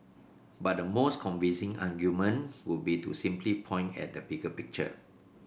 but the most convincing argument would be to simply point at the bigger picture